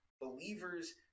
Believers